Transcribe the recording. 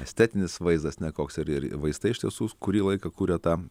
estetinis vaizdas nekoks ir ir vaistai iš tiesų kurį laiką kuria tą